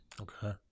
okay